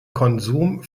konsum